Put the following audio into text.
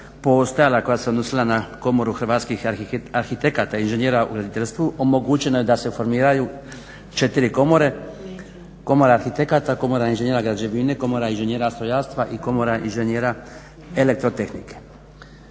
postojala i koja se odnosila na Komoru hrvatskih arhitekata i inženjera u graditeljstvu omogućeno je da se formiraju 4 komore, Komora arhitekata, Komora inženjera građevine, Komora inženjera strojarstva i Komora inženjera elektrotehnike.